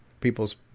people's